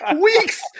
Weeks